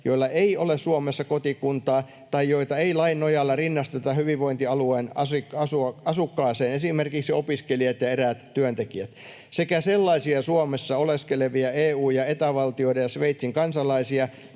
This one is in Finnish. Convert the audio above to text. joilla ei ole Suomessa kotikuntaa tai joita ei lain nojalla rinnasteta hyvinvointialueen asukkaaseen, esimerkiksi opiskelijat ja eräät työntekijät, sekä sellaisia Suomessa oleskelevia EU- ja Eta-valtioiden ja Sveitsin kansalaisia,